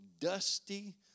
dusty